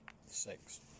six